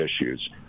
issues